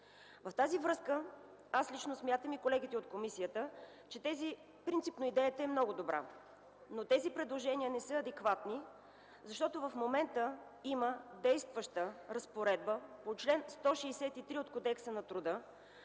Във връзка с това с колегите от комисията смятаме, че принципно идеята е много добра, но предложенията не са адекватни, защото в момента има действаща разпоредба по чл. 163 от Кодекса на труда,